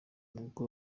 umwuka